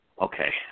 okay